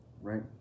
Right